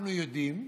אנחנו יודעים,